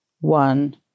one